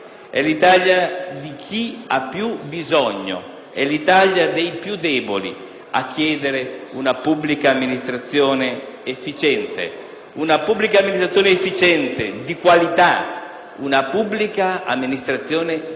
di chi ha più bisogno, è l'Italia dei più deboli a chiedere una pubblica amministrazione efficiente, una pubblica amministrazione di qualità, una pubblica amministrazione gentile